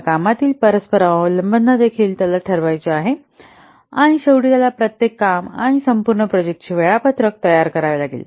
त्या कामातील परस्परावलंबना देखील त्याला ठरवायचे आहे आणि शेवटी त्याला प्रत्येक काम आणि संपूर्ण प्रोजेक्टाचे वेळापत्रक तयार करावे लागेल